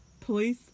police